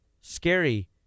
scary